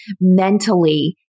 mentally